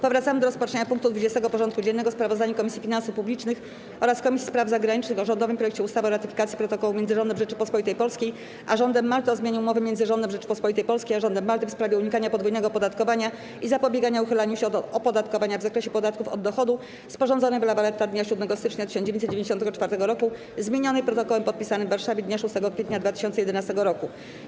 Powracamy do rozpatrzenia punktu 20. porządku dziennego: Sprawozdanie Komisji Finansów Publicznych oraz Komisji Spraw Zagranicznych o rządowym projekcie ustawy o ratyfikacji Protokołu między Rządem Rzeczypospolitej Polskiej a Rządem Malty o zmianie Umowy między Rządem Rzeczypospolitej Polskiej a Rządem Malty w sprawie unikania podwójnego opodatkowania i zapobiegania uchylaniu się od opodatkowania w zakresie podatków od dochodu, sporządzonej w La Valetta dnia 7 stycznia 1994 roku, zmienionej Protokołem podpisanym w Warszawie dnia 6 kwietnia 2011 roku.